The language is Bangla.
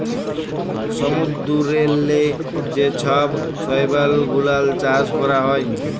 সমুদ্দূরেল্লে যে ছব শৈবাল গুলাল চাষ ক্যরা হ্যয়